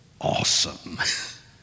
awesome